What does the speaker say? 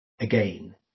again